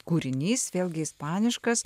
kūrinys vėlgi ispaniškas